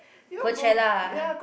Coachella